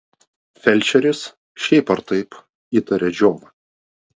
felčeris šiaip ar taip įtaria džiovą